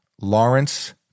lawrence